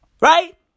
Right